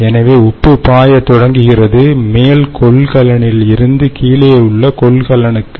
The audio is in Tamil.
எனவே உப்பு பாயத் தொடங்குகிறது மேல் கொள்கலனில் இருந்து கீழே உள்ள கொள்கலனுக்கு